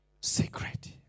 secret